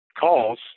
calls